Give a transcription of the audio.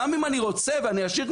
גם אם אני רוצה ואני עשיר,